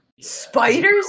Spider's